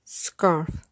scarf